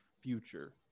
future